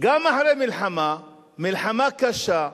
גם אחרי המלחמה, מלחמה קשה,